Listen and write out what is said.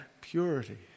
purity